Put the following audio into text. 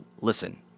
listen